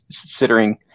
considering